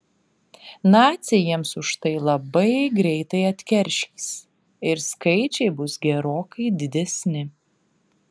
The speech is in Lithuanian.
naciai jiems už tai labai greitai atkeršys ir skaičiai bus gerokai didesni